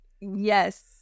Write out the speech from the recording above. Yes